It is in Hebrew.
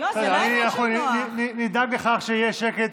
אנחנו לא שומעים.